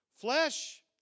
flesh